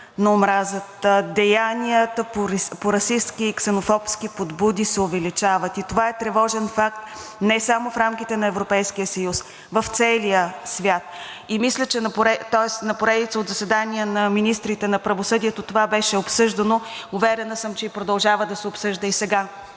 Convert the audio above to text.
на омразата, деянията по расистки и ксенофобски подбуди се увеличават и това е тревожен факт не само в рамките на Европейския съюз, а в целия свят. На поредица от заседания на министрите на правосъдието това беше обсъждано. Уверена съм, че продължава да се обсъжда и сега